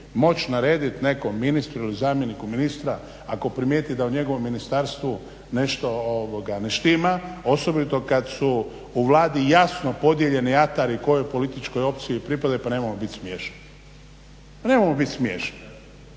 moći narediti nekom ministru ili zamjeniku ministra ako primijeti da u njegovom ministarstvu nešto ne štima, osobito kada su u Vladi jasno podijeljeni atari kojoj političkoj opciji pripadaju, pa nemojmo biti smiješni. Pa mi svi